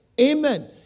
Amen